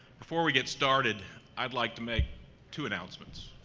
before we get started i'd like to make two announcements.